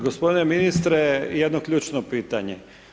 Gospodine ministre jedno ključno pitanje.